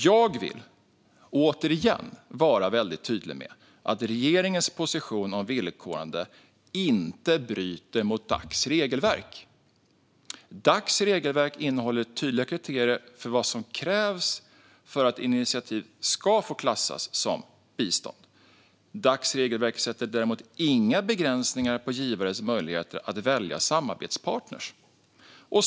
Jag vill åter vara tydlig med att regeringens position om villkorande inte bryter mot Dacs regelverk. Dacs regelverk innehåller tydliga kriterier för vad som krävs för att initiativ ska få klassas som bistånd. Dacs regelverk sätter däremot inga begränsningar för givares möjlighet att välja samarbetspartner.